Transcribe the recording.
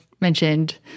mentioned